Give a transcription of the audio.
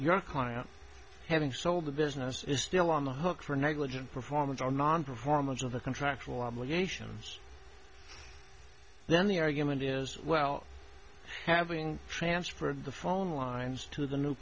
your client having sold the business is still on the hook for negligent performance or nonperformance of the contractual obligations then the argument is well having transferred the phone lines to the new